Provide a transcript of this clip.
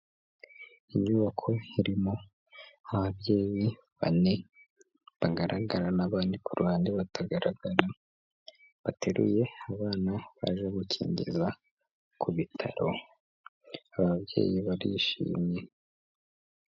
Inyubako irimo ababyeyi bane bagaragara n'abandi ku ruhande batagaragara, bateruye abana baje gukingiza ku bitaro, ababyeyi barishimye.